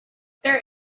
there